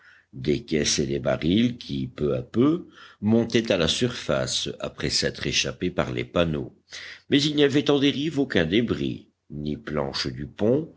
des caisses et des barils qui peu à peu montaient à la surface après s'être échappés par les panneaux mais il n'y avait en dérive aucun débris ni planches du pont